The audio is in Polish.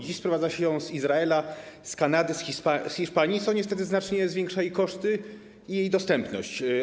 Dziś sprowadza się ją z Izraela, z Kanady, z Hiszpanii, co niestety znacznie zwiększa jej koszty i ogranicza jej dostępność.